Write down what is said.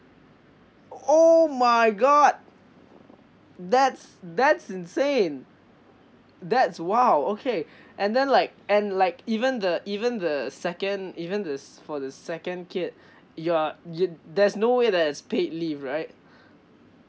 oh oh my god that's that's insane that's !wow! okay and then like and like even the even the second even this for the second kid you're you there's no way there's paid leave right